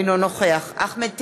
אינו נוכח אחמד טיבי,